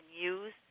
use